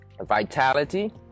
vitality